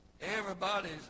everybody's